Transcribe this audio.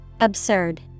Absurd